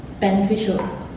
beneficial